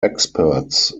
experts